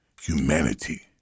Humanity